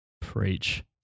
Preach